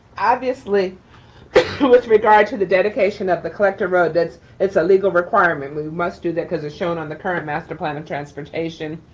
obviously with regard to the dedication of the collector road, that's a legal requirement. we must do that cause it's shown on the current master plan of transportation.